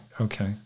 Okay